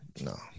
No